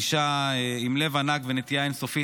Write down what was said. אישה עם לב ענק ונתינה אין-סופית.